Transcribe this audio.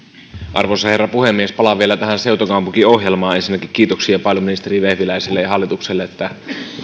arvoisa herra puhemies palaan vielä tähän seutukaupunkiohjelmaan ensinnäkin kiitoksia paljon ministeri vehviläiselle ja hallitukselle että